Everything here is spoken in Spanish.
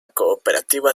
cooperativa